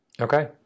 Okay